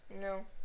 No